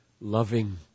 loving